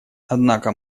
однако